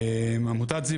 עמותת זיו,